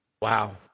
Wow